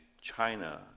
China